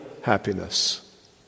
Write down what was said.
happiness